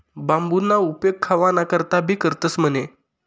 बांबूना उपेग खावाना करता भी करतंस म्हणे